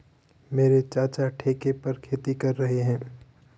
मेरे चाचा ठेके पर खेती कर रहे हैं